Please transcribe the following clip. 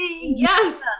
yes